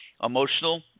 emotional